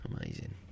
Amazing